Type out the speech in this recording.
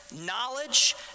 knowledge